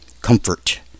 comfort